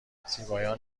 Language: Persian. زیبایان